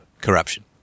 corruption